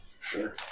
Sure